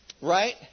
Right